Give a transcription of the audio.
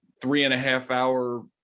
three-and-a-half-hour